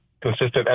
consistent